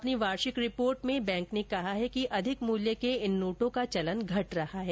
अपनी वार्षिक रिपोर्ट में रिजर्व बैंक ने कहा है कि अधिक मूल्य के इन नोटों का चलन घट रहा है